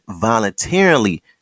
voluntarily